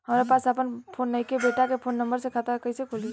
हमरा पास आपन फोन नईखे बेटा के फोन नंबर से खाता कइसे खुली?